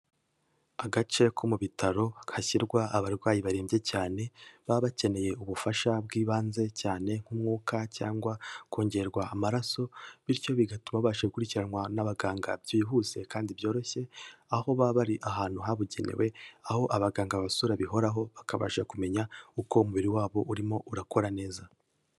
Agace ko mu bitaro hashyirwa abarwayi barembye cyane, baba bakeneye ubufasha bw'ibanze cyane nk'umwuka cyangwa kongerwa amaraso, bityo bigatuma babasha gukurikiranwa n'abaganga byihuse kandi byoroshye, aho baba bari ahantu habugenewe, aho abaganga babasura bihoraho, bakabasha kumenya uko umubiri wabo urimo urakora neza.